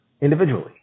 individually